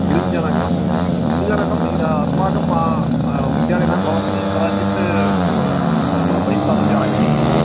गृञ्जनकं गृञ्जनकम् इदानीम् अस्माकम् उद्याने न भवति कदाचित् बहिः बहिस्तादपि आगच्छति